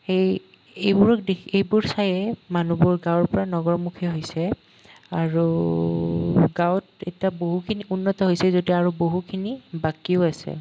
সেই এইবোৰক দেখি এইবোৰ চায়েই মানুহবোৰ গাঁৱৰ পৰা নগৰমুখী হৈছে আৰু গাঁৱত এতিয়া বহুখিনি উন্নত হৈছে যদিও আৰু বহুখিনি বাকীও আছে